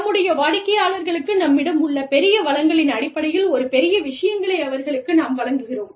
நம்முடைய வாடிக்கையாளர்களுக்கு நம்மிடம் உள்ள பெரிய வளங்களின் அடிப்படையில் ஒரு பெரிய விஷயங்களை அவர்களுக்கு நாம் வழங்குகிறோம்